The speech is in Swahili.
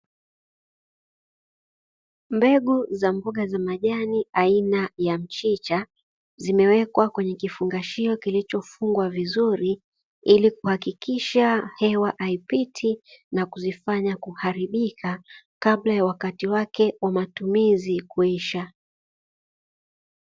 Mbegu za mboga za majani aina ya mchicha zimewekwa kwenye kifungashio kilichofungwa vizuri ili kuhakikisha hewa haipiti na kuzifanya kuharibika, kabla ya wakati wake wa matumizi kuisha.